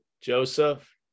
Joseph